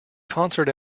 concert